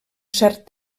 cert